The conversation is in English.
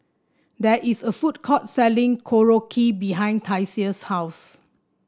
there is a food court selling Korokke behind Tasia's house